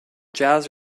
jazz